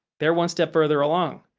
they're one step further along.